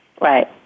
Right